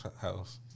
house